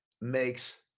makes